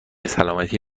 سلامتی